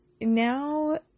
now